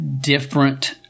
different